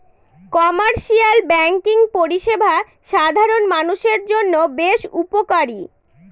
commercial banking পরিষেবা সাধারণ মানুষের জন্য বেশ উপকারী